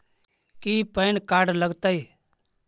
की pan card लग तै?